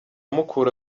mukura